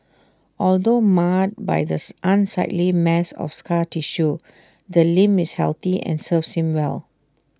although marred by an unsightly mass of scar tissue the limb is healthy and serves him well